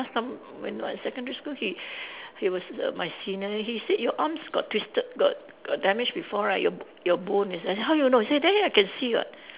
last time when my secondary school he he was the my senior he said your arms got twisted got got damage before right your your bone is it how you know he say there I can see [what]